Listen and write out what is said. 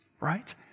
right